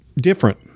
different